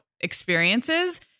experiences